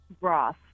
broth